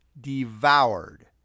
devoured